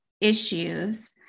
issues